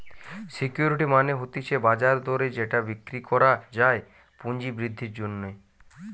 security মানে হতিছে বাজার দরে যেটা বিক্রি করা যায় পুঁজি বৃদ্ধির জন্যে